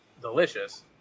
delicious